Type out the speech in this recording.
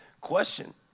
question